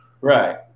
Right